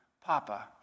Papa